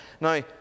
Now